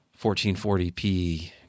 1440p